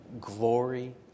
glory